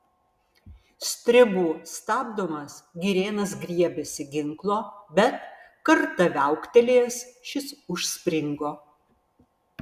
stribų stabdomas girėnas griebėsi ginklo bet kartą viauktelėjęs šis užspringo